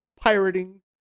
pirating